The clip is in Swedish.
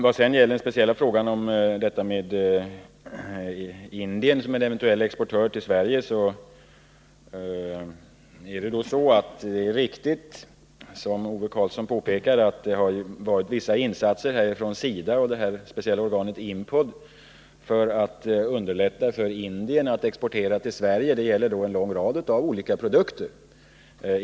Vad gäller den speciella frågan om Indien som eventuell exportör av skinnvaror till Sverige är det riktigt som Ove Karlsson påpekar att SIDA och det speciella organet Impod gjort vissa insatser för att underlätta för Indien att exportera till Sverige. Det gäller en lång rad olika produkter.